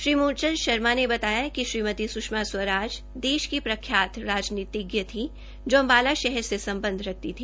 श्री मूल चंद शर्मा ने बताया कि श्रीमती स्षमा स्वराज देश की प्रख्यात राजनीतिज्ञ थी जो अम्बाला शहर से सम्बध रखती थी